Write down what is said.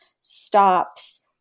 stops